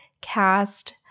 cast